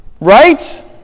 Right